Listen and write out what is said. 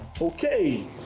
Okay